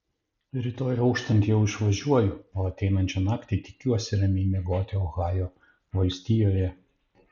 rytoj auštant jau išvažiuoju o ateinančią naktį tikiuosi ramiai miegoti ohajo valstijoje